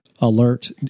alert